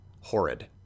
horrid